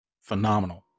Phenomenal